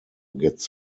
gets